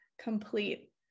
complete